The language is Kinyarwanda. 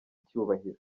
icyubahiro